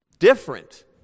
Different